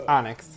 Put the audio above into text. Onyx